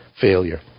failure